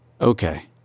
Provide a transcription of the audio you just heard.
Okay